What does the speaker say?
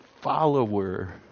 follower